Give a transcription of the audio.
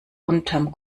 unterm